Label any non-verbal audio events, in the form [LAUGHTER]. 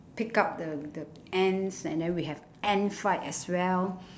pick up the the ants and then we have ant fight as well [BREATH]